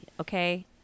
Okay